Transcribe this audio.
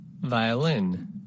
Violin